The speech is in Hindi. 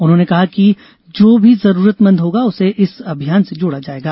उन्होंने कहा कि जो भी जरूरतमंद होगा उसे इस अभियान से जोड़ा जाएगा